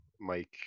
Mike